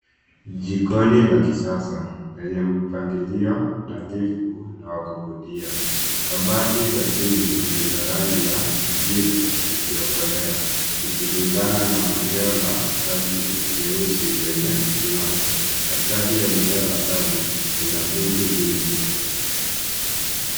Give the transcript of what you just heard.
Jikoni la kisasa lenye mpangilio nadhifu na wa kuvutia. Kabati za chini ni za rangi ya kijivu iliyokolea zikilingana na eneo la kazi nyeusi lenye kung'aa. Katikati la eneo la kazi kuna sinki mbili.